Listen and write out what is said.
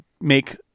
make